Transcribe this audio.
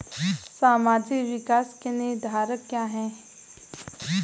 सामाजिक विकास के निर्धारक क्या है?